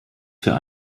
für